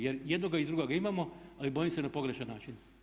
Jer i jednoga i drugoga imamo ali bojim se na pogrešan način.